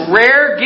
rare